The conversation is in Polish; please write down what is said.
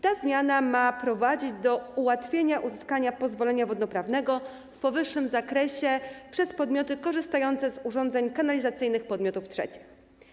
Ta zmiana ma prowadzić do ułatwienia uzyskania pozwolenia wodno-prawnego w powyższym zakresie przez podmioty korzystające z urządzeń kanalizacyjnych podmiotów trzecich.